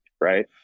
right